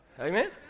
Amen